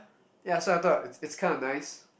ya so I thought it's it's kind of nice